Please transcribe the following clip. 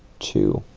two